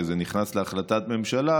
וזה נכנס להחלטת ממשלה,